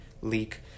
leak